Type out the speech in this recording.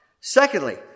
Secondly